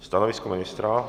Stanovisko ministra?